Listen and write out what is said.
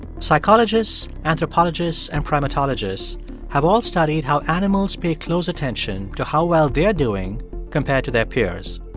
psychologists, anthropologists and primatologists have all studied how animals pay close attention to how well they're doing compared to their peers.